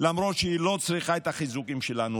למרות שהיא לא צריכה את החיזוקים שלנו,